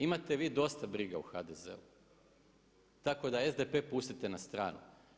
Imate vi dosta briga u HDZ-u, tako da SDP pustite na stranu.